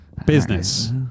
Business